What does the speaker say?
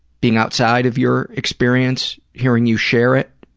being outside of your experience, hearing you share it,